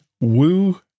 woo